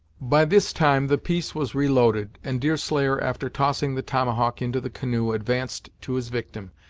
by this time the piece was reloaded, and deerslayer, after tossing the tomahawk into the canoe, advanced to his victim,